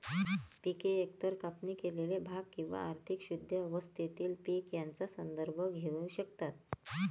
पिके एकतर कापणी केलेले भाग किंवा अधिक शुद्ध अवस्थेतील पीक यांचा संदर्भ घेऊ शकतात